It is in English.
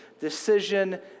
decision